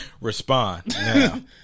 Respond